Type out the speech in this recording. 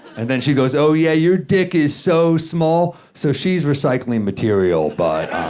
and then she goes, oh, yeah? your is so small. so, she's recycling material, but,